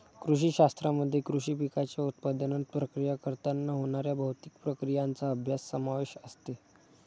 कृषी शास्त्रामध्ये कृषी पिकांच्या उत्पादनात, प्रक्रिया करताना होणाऱ्या भौतिक प्रक्रियांचा अभ्यास समावेश असते